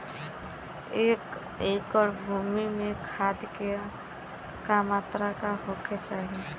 एक एकड़ भूमि में खाद के का मात्रा का होखे के चाही?